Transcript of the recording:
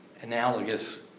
analogous